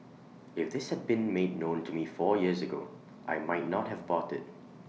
if this had been made known to me four years ago I might not have bought IT